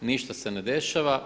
Ništa se ne dešava.